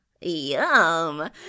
Yum